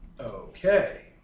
Okay